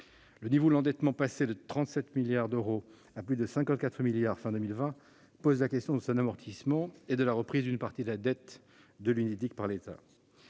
Le niveau de l'endettement, passé de près de 37 milliards d'euros à plus de 54 milliards fin 2020, pose la question de son amortissement et de la reprise d'une partie de la dette de l'Unédic par l'État.